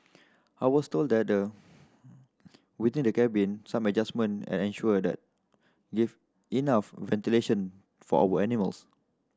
I was told that the within the cabin some adjustment and ensure that if enough ventilation for our animals